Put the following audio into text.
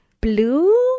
Blue